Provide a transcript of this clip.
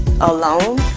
alone